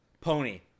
pony